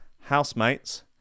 housemates